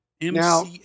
Now